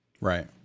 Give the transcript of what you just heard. right